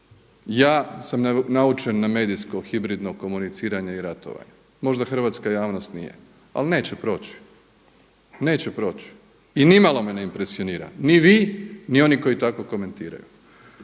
Ja sam naučen na medijsko hibridno komuniciranje i ratovanje, možda hrvatska javnost nije ali neće proći, neće proći i nimalo me ne impresionira ni vi, ni oni koji tako komentiraju.